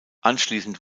anschließend